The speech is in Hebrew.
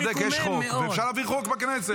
אתה צודק, יש חוק, ואפשר להעביר חוק בכנסת.